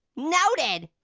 noted.